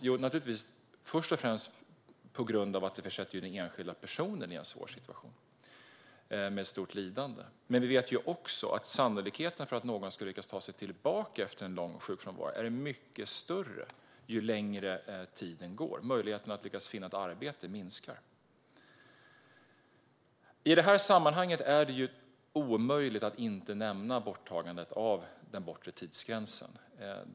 Jo, det är den naturligtvis först och främst på grund av att den försätter den enskilda personen i en svår situation, med ett stort lidande. Vi vet också att sannolikheten för att någon ska lyckas ta sig tillbaka efter en lång sjukfrånvaro är mycket mindre ju längre tiden går. Möjligheterna att lyckas finna ett arbete minskar. I detta sammanhang är det omöjligt att inte nämna borttagandet av den bortre tidsgränsen.